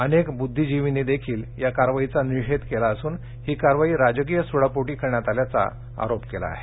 अनेक बु ीजीव नीही या कारवाईचा निषेध केला असून ही कारवाई राजक य सुडापोटी कर यात आ याचा आरोप केला आहे